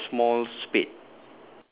ya it's a small spade